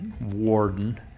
warden